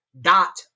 dot